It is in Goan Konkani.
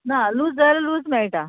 ना लूज जाल्या लूज मेळटा